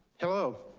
hello.